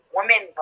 Women